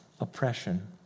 oppression